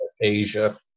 asia